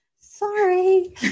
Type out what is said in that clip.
sorry